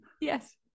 Yes